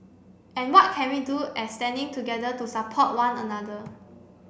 and what can we do as standing together to support one another